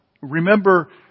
Remember